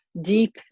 deep